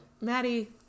Maddie